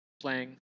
playing